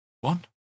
one